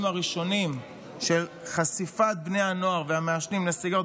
הראשונים של חשיפת בני הנוער והמעשנים לסיגריות,